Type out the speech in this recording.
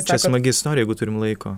čia smagi istorija jeigu turim laiko